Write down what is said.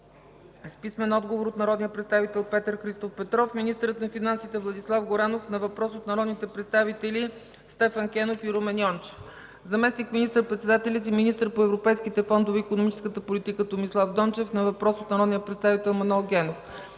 с писмен отговор от народния представител Петър Христов Петров; - министърът на финансите Владислав Горанов – на въпрос от народните представители Стефан Кенов и Румен Йончев; - заместник министър-председателят и министър по европейските фондове и икономическата политика Томислав Дончев – на въпрос от народния представител Манол Генов;